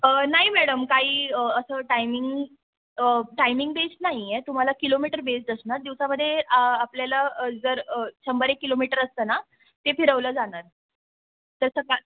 नाही मॅडम काही असं टायमिंग टायमिंग बेस्ड नाही आहे तुम्हाला किलोमीटर बेस्ड असणार दिवसामध्ये आपल्याला जर शंभर एक किलोमीटर असतं ना ते फिरवलं जाणार तसं का